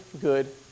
good